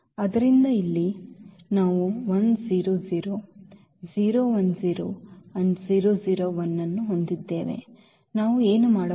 ಆದ್ದರಿಂದ ಇಲ್ಲಿ ನಾವು ಅನ್ನು ಹೊಂದಿದ್ದೇವೆ ನಾವು ಏನು ಮಾಡಬೇಕು